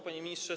Panie Ministrze!